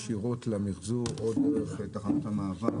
האם עליו להביא ישירות למחזור או דרך תחנות המעבר?